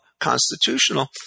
constitutional